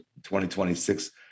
2026